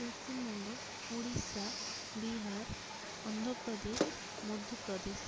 Paschimbanga Orissa Bihar Andhra Pradesh Madhya Pradesh